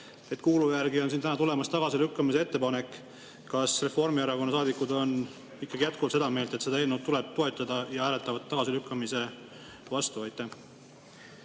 Kuulu järgi on siin täna tulemas tagasilükkamise ettepanek. Kas Reformierakonna saadikud on ikka jätkuvalt seda meelt, et seda eelnõu tuleb toetada, ja hääletavad tagasilükkamise vastu? Aitäh,